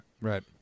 Right